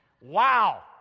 Wow